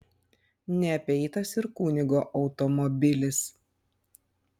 neapeitas ir kunigo automobilis